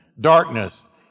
darkness